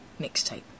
mixtape